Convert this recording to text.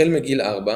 החל מגיל 4,